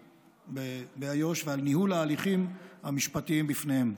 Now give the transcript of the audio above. באיו"ש ועל ניהול ההליכים המשפטיים בפניהם.